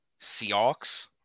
Seahawks